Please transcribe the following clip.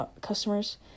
customers